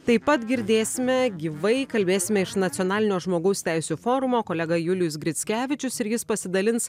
taip pat girdėsime gyvai kalbėsime iš nacionalinio žmogaus teisių forumo kolega julijus grickevičius ir jis pasidalins